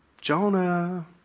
Jonah